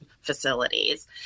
facilities